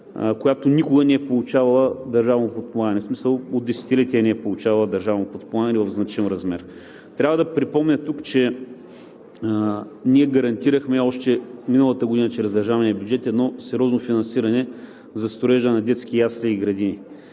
която никога не е получавала държавно подпомагане, в смисъл от десетилетия не е получава държавно подпомагане в значим размер. Трябва да припомня тук, че ние гарантирахме още миналата година чрез държавния бюджет едно сериозно финансиране за строежа на детски ясли и градини.